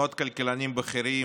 מאות כלכלנים בכירים,